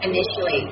Initially